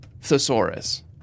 Thesaurus